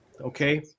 Okay